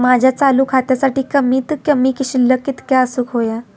माझ्या चालू खात्यासाठी कमित कमी शिल्लक कितक्या असूक होया?